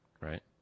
Right